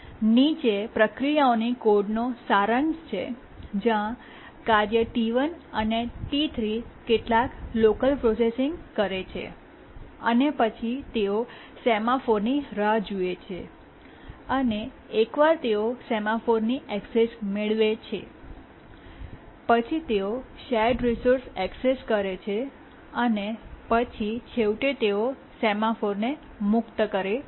નીચે પ્રક્રિયાઓની કોડનો સારાંશ છે જ્યાં કાર્ય T1 અને T3 કેટલુક લોકલ પ્રોસેસીંગ કરે છે અને પછી તેઓ સેમાફોરની રાહ જુએ છે અને એકવાર તેઓ સેમાફોરની એક્સેસ મેળવે છે પછી તેઓ શેર્ડ રિસોર્સ એક્સેસ કરે છે અને પછી છેવટે તેઓ સેમાફોરને મુક્ત કરે છે